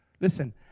Listen